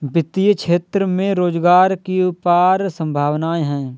वित्तीय क्षेत्र में रोजगार की अपार संभावनाएं हैं